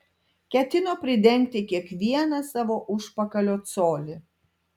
ketino pridengti kiekvieną savo užpakalio colį